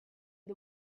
the